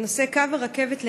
בנושא קו הרכבת לאילת,